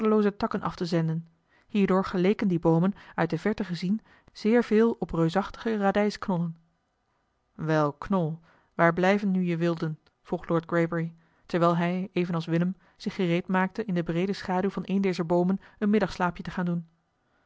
takken af te zenden hierdoor geleken die boomen uit de verte gezien zeer veel op reusachtige radijsknollen wel knol waar blijven nu je wilden vroeg lord greybury terwijl hij evenals willem zich gereedmaakte in de breede schaduw van een dezer boomen een middagslaapje te gaan doen